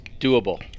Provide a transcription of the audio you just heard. doable